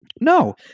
No